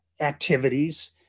activities